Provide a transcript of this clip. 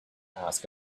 ask